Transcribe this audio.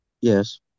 Yes